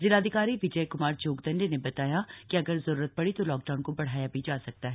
जिलाधिकारी विजय क्मार जोगदंडे ने बताया कि अगर जरूरत पड़ी तो लॉकडाउन को बढ़ाया भी जा सकता है